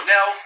Now